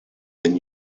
been